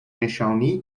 نشانی